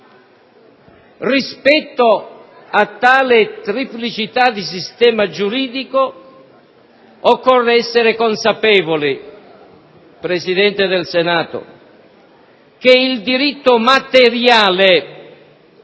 Rispetto a tale triplicità di sistema giuridico occorre essere consapevoli, signor Presidente del Senato, che il «diritto materiale»